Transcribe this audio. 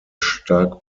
stark